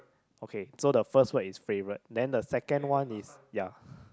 okay so the first word is favourite then the second is ya